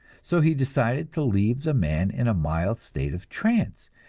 so he decided to leave the man in a mild state of trance,